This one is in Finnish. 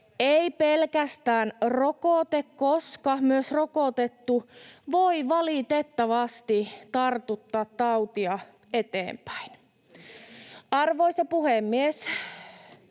ei pelkästään rokote, koska myös rokotettu voi valitettavasti tartuttaa tautia eteenpäin. [Aki Lindén: